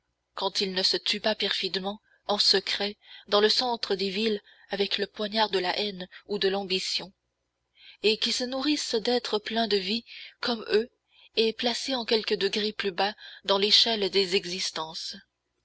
quand ils ne se tuent pas perfidement en secret dans le centre des villes avec le poignard de la haine ou de l'ambition et qui se nourrissent d'êtres pleins de vie comme eux et placés quelques degrés plus bas dans l'échelle des existences